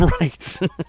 Right